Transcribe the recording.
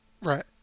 Right